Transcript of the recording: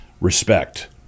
respect